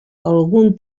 algun